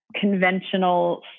conventional